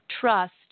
trust